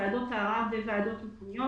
בוועדות הערר ובוועדות מקומיות.